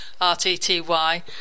RTTY